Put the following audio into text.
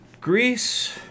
Greece